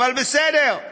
אבל בסדר.